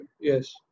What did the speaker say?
Yes